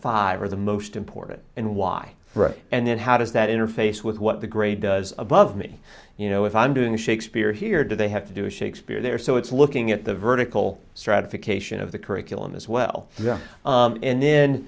five are the most important and why for us and then how does that interface with what the grade does above me you know if i'm doing shakespeare here or do they have to do a shakespeare there so it's looking at the vertical stratification of the curriculum as well and then